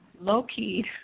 low-key